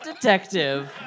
Detective